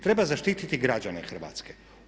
Treba zaštititi građane Hrvatske.